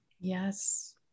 Yes